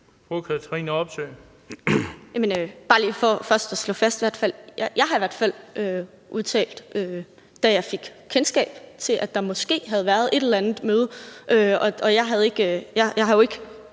Jeg har faktisk, da jeg fik kendskab til, at der måske havde været et eller andet møde – og jeg har jo ikke